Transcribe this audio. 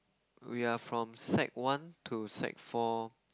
we are from sec one to sec four